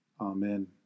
Amen